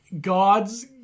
God's